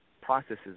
processes